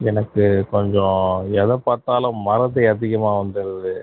எனக்கு கொஞ்சம் எதை பார்த்தாலும் மறதி அதிகமாக வந்துருது